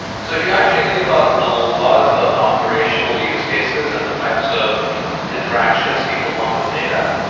so if you actually think about a lot of the operational use cases and the types of interactions people want with data,